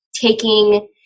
taking